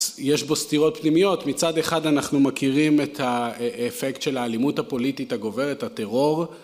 יש בו סתירות פנימיות מצד אחד אנחנו מכירים את האפקט של האלימות הפוליטית הגוברת הטרור